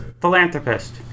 philanthropist